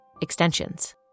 extensions